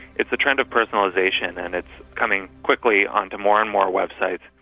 it's the trend of personalisation, and it's coming quickly on to more and more websites.